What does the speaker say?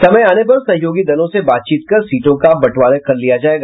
समय आने पर सहयोगी दलों से बातचीत कर सीटों का बंटवारों कर लिया जायेगा